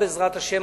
בעזרת השם,